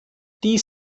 dies